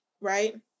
right